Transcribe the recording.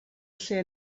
lle